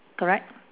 correct